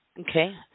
Okay